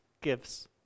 gives